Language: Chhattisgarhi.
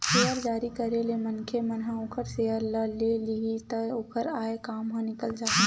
सेयर जारी करे ले मनखे मन ह ओखर सेयर ल ले लिही त ओखर आय काम ह निकल जाही